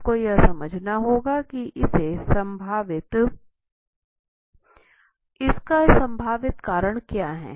आपको यह समझना होगा कि इसके संभावित कारण क्या हैं